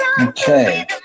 Okay